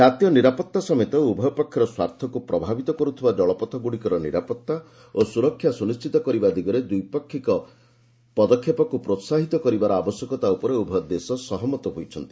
ଜାତୀୟ ନିରାପତ୍ତା ସମେତ ଉଭୟ ପକ୍ଷର ସ୍ୱାର୍ଥକୁ ପ୍ରଭାବିତ କରୁଥିବା ଜଳପଥଗୁଡ଼ିକର ନିରାପତ୍ତା ଓ ସୁରକ୍ଷା ସୁନିଶ୍ଚିତ କରିବା ଦିଗରେ ଦ୍ୱିପାକ୍ଷିକ ପଦକ୍ଷେପକ୍କ ପ୍ରୋହାହିତ କରିବାର ଆବଶ୍ୟକତା ଉପରେ ଉଭୟ ଦେଶ ସହମତ ହୋଇଛନ୍ତି